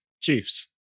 Chiefs